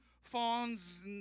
fawns